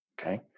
Okay